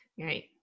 Right